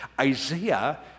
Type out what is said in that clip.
Isaiah